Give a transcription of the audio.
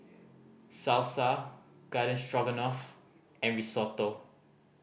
Salsa Garden Stroganoff and Risotto